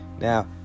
now